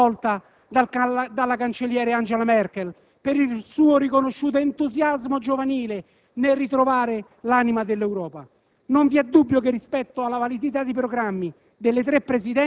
Particolare apprezzamento deve essere riconosciuto all'azione svolta dal cancelliere Angela Merkel, per il suo riconosciuto entusiasmo giovanile nel ritrovare l'anima dell'Europa.